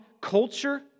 culture